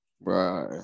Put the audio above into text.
Right